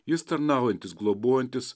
jis tarnaujantis globojantis